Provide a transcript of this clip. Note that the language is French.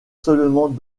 seulement